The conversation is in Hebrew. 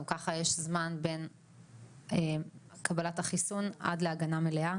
גם ככה יש זמן בין קבלת החיסון עד להגנה מלאה